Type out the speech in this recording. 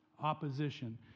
opposition